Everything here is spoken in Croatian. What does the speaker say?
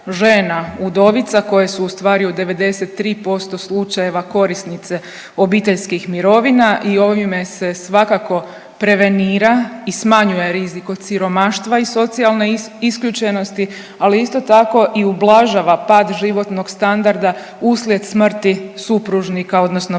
udovica koje su ustvari u 93% slučajeva korisnice obiteljskih mirovina i ovime se svakako prevenira i smanjuje rizik od siromaštva i socijalne isključenosti, ali isto tako i ublažava pad životnog standarda uslijed smrti supružnika odnosno partnera.